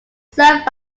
served